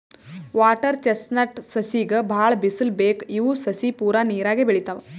water chestnut ಸಸಿಗ್ ಭಾಳ್ ಬಿಸಲ್ ಬೇಕ್ ಇವ್ ಸಸಿ ಪೂರಾ ನೀರಾಗೆ ಬೆಳಿತಾವ್